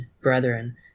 brethren